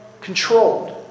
controlled